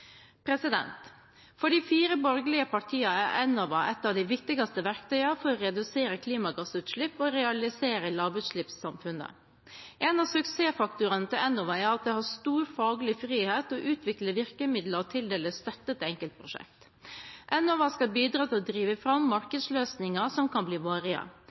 For de fire borgerlige partiene er Enova et av de viktigste verktøyene for å redusere klimagassutslipp og realisere lavutslippssamfunnet. En av suksessfaktorene til Enova er at de har stor faglig frihet til å utvikle virkemidler og tildele støtte til enkeltprosjekt. Enova skal bidra til å drive fram markedsløsninger som kan bli varige.